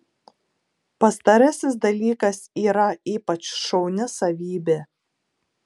pastarasis dalykas yra ypač šauni savybė